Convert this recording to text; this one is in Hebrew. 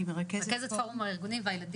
רכזת פורום הארגונים וההורים